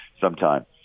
sometime